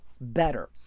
better